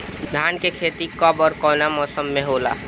धान क खेती कब ओर कवना मौसम में होला?